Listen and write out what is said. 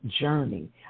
journey